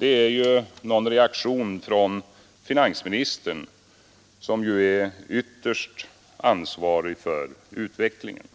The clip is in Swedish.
är någon reaktion från finansministern, som ju ytterst är ansvarig för utvecklingen.